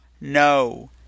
no